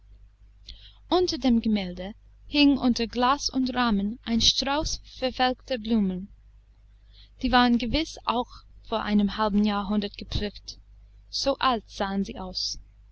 unter dem gemälde hing unter glas und rahmen ein strauß verwelkter blumen die waren gewiß auch vor einem halben jahrhundert gepflückt so alt sahen sie aus